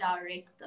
direct